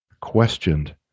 questioned